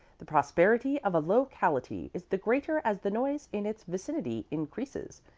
the prosperity of a locality is the greater as the noise in its vicinity increases.